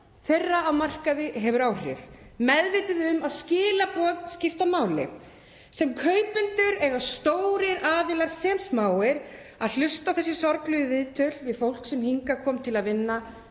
þeirra á markaði hefur áhrif, meðvituð um að skilaboð skipta máli. Sem kaupendur eiga stórir aðilar sem smáir að hlusta á þessi sorglegu viðtöl við fólk sem hingað kom til að vinna